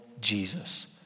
Jesus